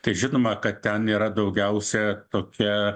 tai žinoma kad ten yra daugiausia tokie